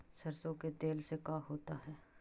सरसों के तेल से का होता है?